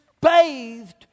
bathed